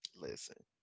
Listen